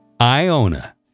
Iona